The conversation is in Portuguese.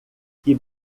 que